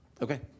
Okay